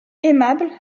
aimable